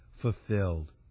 fulfilled